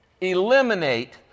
Eliminate